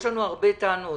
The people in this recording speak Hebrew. יש לנו הרבה טענות